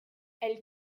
elle